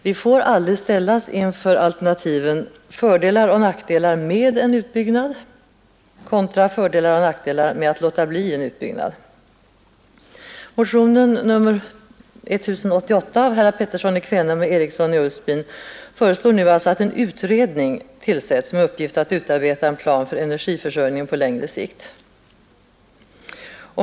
Vi får aldrig ställas inför valet mellan fördelar och nackdelar med en utbyggnad och fördelar och nackdelar med att låta bli en utbyggnad. I motionen nr 1088 föreslår herrar Pettersson i Kvänum och Eriksson i Ulfsbyn nu att en utredning tillsätts med uppgift att utarbeta en plan för energiförsörjningen på längre sikt.